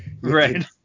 Right